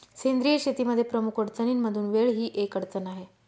सेंद्रिय शेतीमध्ये प्रमुख अडचणींमधून वेळ ही एक अडचण आहे